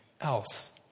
else